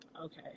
Okay